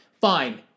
fine